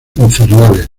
infernales